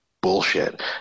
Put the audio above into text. bullshit